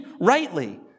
rightly